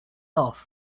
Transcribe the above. off